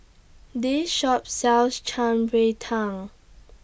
This Shop sells Shan Rui Tang